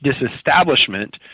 disestablishment